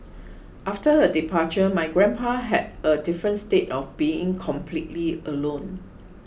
after her departure my grandpa had a different state of being completely alone